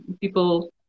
people